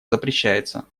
запрещается